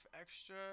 extra